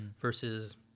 versus